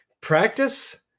practice